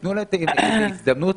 תנו להם הזדמנות